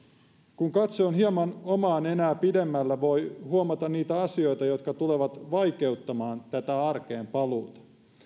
kun katse on hieman omaa nenää pidemmällä voi huomata niitä asioita jotka tulevat vaikeuttamaan tätä arkeen paluuta